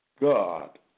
God